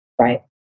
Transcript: Right